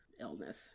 illness